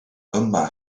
yma